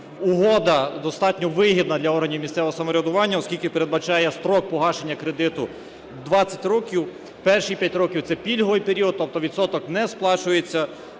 Угода достатньо вигідна для органів місцевого самоврядування, оскільки передбачає строк погашення кредиту 20 років. Перші 5 років – це пільговий період, тобто відсоток не сплачується.